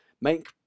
make